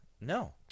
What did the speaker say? no